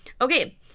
Okay